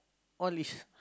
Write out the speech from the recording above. all is